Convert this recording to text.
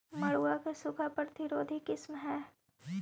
मड़ुआ के सूखा प्रतिरोधी किस्म हई?